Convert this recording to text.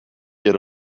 yer